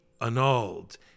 annulled